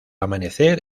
amanecer